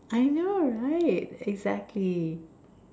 I know right exactly